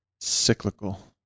cyclical